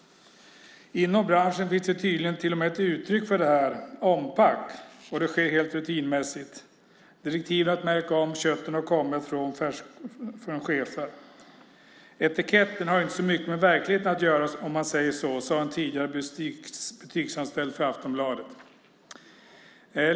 Inom branschen finns det tydligen till och med ett uttryck för detta, "ompack". Det sker helt rutinmässigt. Direktivet att märka om köttet har kommit från chefer. Etiketten har inte så mycket med verkligheten att göra, om man säger så, sade en tidigare butiksanställd till Aftonbladet.